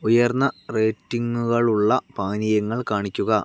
ഉയർന്ന റേറ്റിംഗുകളുള്ള പാനീയങ്ങൾ കാണിക്കുക